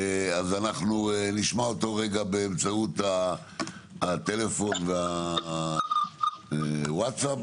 אנחנו נשמע אותו באמצעות הטלפון והווטסאפ.